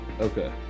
Okay